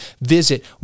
visit